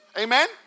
Amen